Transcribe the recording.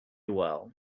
well